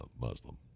Muslim